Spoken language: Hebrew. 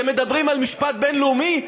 אתם מדברים על משפט בין-לאומי?